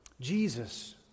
Jesus